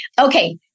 Okay